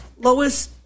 Lois